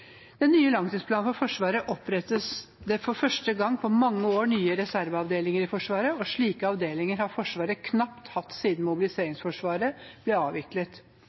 den nye langtidsplanen for Forsvaret opprettes det for første gang på mange år nye reserveavdelinger i Forsvaret, og slike avdelinger har Forsvaret knapt hatt siden mobiliseringsforsvaret ble avviklet